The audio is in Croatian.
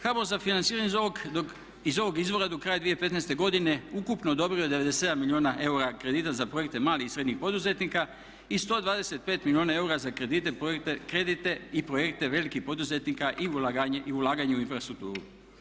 HBOR za financiranje iz ovog izvora do kraja 2015. godine ukupno odobrio 97 milijuna eura kredita za projekte malih i srednjih poduzetnika i 125 milijuna eura za kredite i projekte velikih poduzetnika i ulaganje u infrastrukturu.